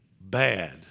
bad